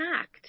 act